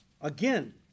Again